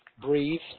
breathe